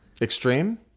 Extreme